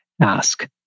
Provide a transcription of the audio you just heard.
ask